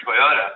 Toyota